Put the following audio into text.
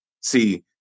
See